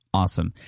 awesome